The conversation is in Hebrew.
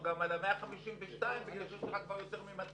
או גם על 152 בגלל שיש לך כבר יותר מ-200?